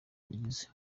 agize